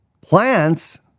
Plants